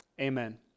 amen